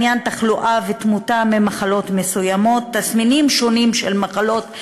לעניין תחלואה ותמותה ממחלות מסוימות ותסמינים שונים של מחלות,